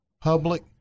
public